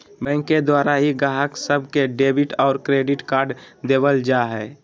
bank के द्वारा ही गाहक सब के डेबिट और क्रेडिट कार्ड देवल जा हय